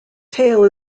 tail